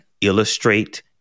illustrate